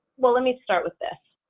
well, let me start with this.